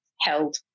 held